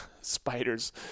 spiders